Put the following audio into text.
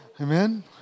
Amen